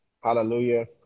Hallelujah